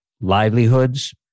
livelihoods